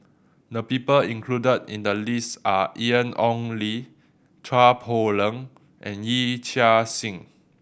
the people included in the list are Ian Ong Li Chua Poh Leng and Yee Chia Hsing